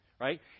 right